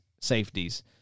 safeties